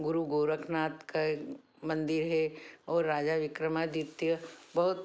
गुरु गोरखनाथ का मंदिर है और राजा विक्रमादित्य बहुत